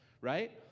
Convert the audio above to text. right